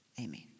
Amen